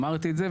אמרתי את זה,